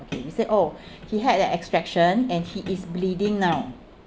okay we said oh he had an extraction and he is bleeding now